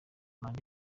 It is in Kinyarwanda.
manda